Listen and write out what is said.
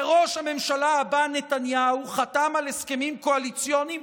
וראש הממשלה הבא נתניהו חתם על הסכמים קואליציוניים